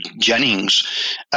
Jennings